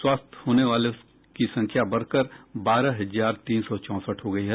स्वस्थ होने वालों की संख्या बढ़कर बारह हजार तीन सौ चौंसठ हो गयी है